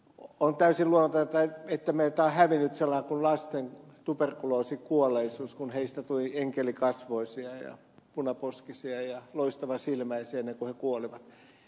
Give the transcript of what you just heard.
on täysin luonnotonta että meiltä on hävinnyt sellainen kuin lasten tuberkuloosikuolleisuus kun heistä tuli enkelikasvoisia ja punaposkisia ja loistavasilmäisiä ennen kuin he kuolivat